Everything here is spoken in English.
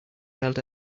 held